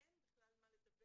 אין בכלל מה לדבר,